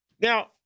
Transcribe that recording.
now